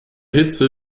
hitze